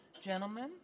gentlemen